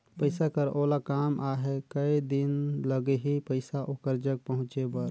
पइसा कर ओला काम आहे कये दिन लगही पइसा ओकर जग पहुंचे बर?